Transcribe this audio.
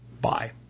Bye